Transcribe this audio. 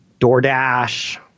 DoorDash